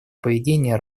поведения